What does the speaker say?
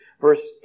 verse